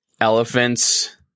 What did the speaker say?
elephants